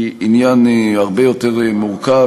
היא עניין הרבה יותר מורכב.